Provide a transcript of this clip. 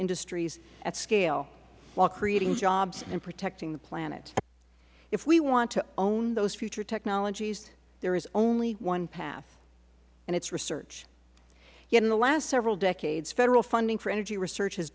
industries at scale while creating jobs and protecting the planet if we want to own those future technologies there is only one path and it is research yet in the last several decades federal funding for energy research has